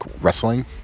wrestling